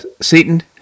Seaton